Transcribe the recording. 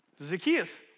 Zacchaeus